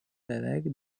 beveik